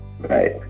Right